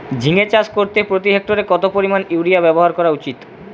ঝিঙে চাষ করতে প্রতি হেক্টরে কত পরিমান ইউরিয়া ব্যবহার করা উচিৎ?